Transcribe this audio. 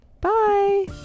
Bye